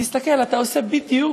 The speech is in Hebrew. תסתכל, אתה עושה בדיוק,